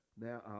now